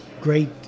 great